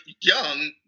young